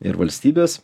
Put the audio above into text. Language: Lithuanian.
ir valstybės